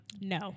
No